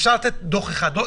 אפשר לתת דוח אחד,